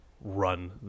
run